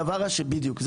בדיוק.